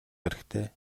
хэрэгтэй